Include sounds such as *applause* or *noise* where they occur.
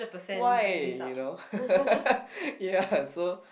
why you know *laughs* ya so